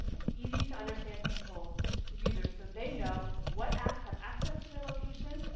and easy to understand controls to users so they know what apps have access to their location,